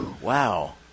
Wow